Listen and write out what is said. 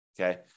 Okay